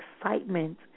excitement